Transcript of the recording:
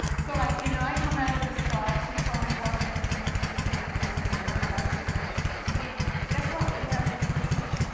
so like you know i come out of the stall, she's already washing her hands at the sink, and there's a mirror. and i see her, and she sees me. and guess what? we didn't have to introduce each.